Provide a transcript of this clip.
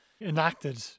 enacted